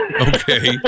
Okay